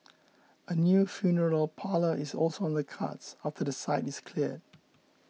a new funeral parlour is also on the cards after the site is cleared